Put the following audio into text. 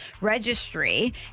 registry